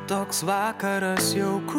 toks vakaras jauku